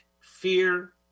fear